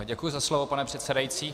Děkuji za slovo, pane předsedající.